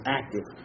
active